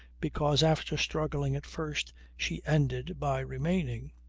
because after struggling at first she ended by remaining.